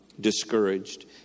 discouraged